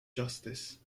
justice